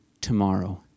tomorrow